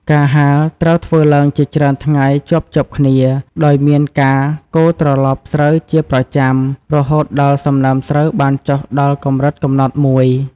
ការហាលត្រូវធ្វើឡើងជាច្រើនថ្ងៃជាប់ៗគ្នា ដោយមានការកូរត្រឡប់ស្រូវជាប្រចាំ រហូតដល់សំណើមស្រូវបានចុះដល់កម្រិតកំណត់មួយ ។